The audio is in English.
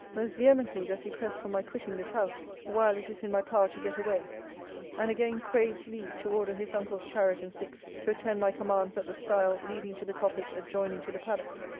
most vehemently does he press for my quitting this house, while it is in my power to get away and again craves leave to order his uncle's chariot-and-six to attend my commands at the stile leading to the coppice adjoining to the paddock.